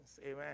Amen